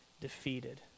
defeated